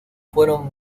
fueron